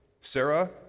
sarah